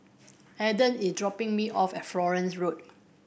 adan is dropping me off at Florence Road